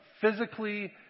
physically